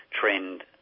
trend